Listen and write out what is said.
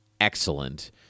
excellent